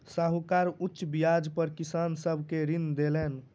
साहूकार उच्च ब्याज पर किसान सब के ऋण देलैन